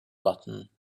button